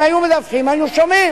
אם היו מדווחים, היינו שומעים.